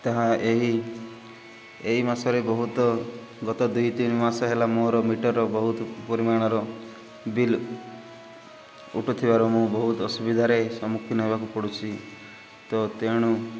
ତାହା ଏହି ଏଇ ମାସରେ ବହୁତ ଗତ ଦୁଇ ତିନି ମାସ ହେଲା ମୋର ମିଟର୍ର ବହୁତ ପରିମାଣର ବିଲ୍ ଉଠୁଥିବାରୁ ମୁଁ ବହୁତ ଅସୁବିଧାରେ ସମ୍ମୁଖୀନ ହେବାକୁ ପଡ଼ୁଛି ତ ତେଣୁ